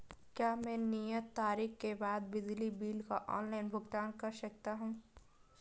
क्या मैं नियत तारीख के बाद बिजली बिल का ऑनलाइन भुगतान कर सकता हूं?